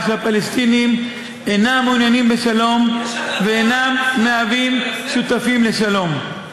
שהפלסטינים אינם מעוניינים בשלום ואינם מהווים שותפים לשלום.